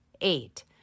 eight